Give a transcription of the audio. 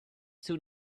soon